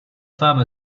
femme